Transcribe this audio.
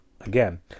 again